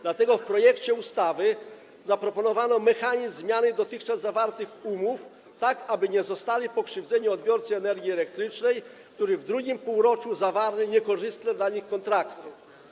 Dlatego w projekcie ustawy zaproponowano mechanizm zmiany dotychczas zawartych umów, tak aby nie zostali pokrzywdzeni odbiorcy energii elektrycznej, którzy w II półroczu zawarli niekorzystne dla nich kontrakty.